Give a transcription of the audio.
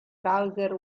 browser